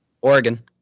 Oregon